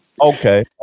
okay